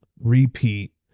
repeat